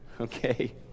okay